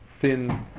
thin